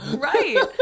right